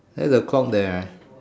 there's a clock there right